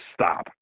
stop